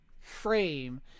frame